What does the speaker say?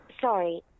Sorry